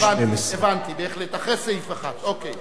בעמוד 12. טוב,